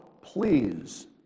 Please